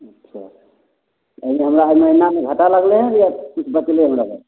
अच्छा एहिमे हमरा एहि महीनामे घाटा लगलै या किछु बचलै हमरा पास